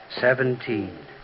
Seventeen